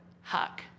Huck